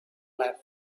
left